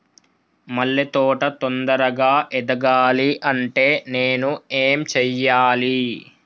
మల్లె తోట తొందరగా ఎదగాలి అంటే నేను ఏం చేయాలి?